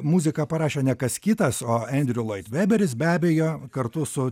muziką parašė ne kas kitas o endriu loid vėberis be abejo kartu su